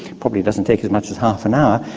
probably doesn't take as much as half an hour,